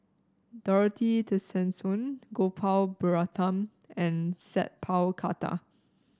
Dorothy Tessensohn Gopal Baratham and Sat Pal Khattar